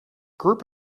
group